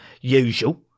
usual